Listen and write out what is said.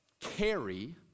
Carry